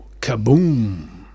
Kaboom